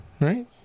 right